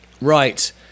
right